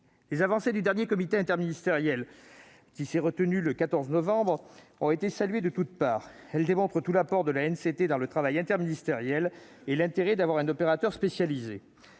Les avancées du dernier comité interministériel, qui s'est tenu le 14 novembre dernier, ont été saluées de toutes parts. Elles montrent tout l'apport de l'ANCT dans le travail interministériel et l'intérêt d'avoir un opérateur spécialisé.